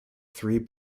three